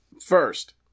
First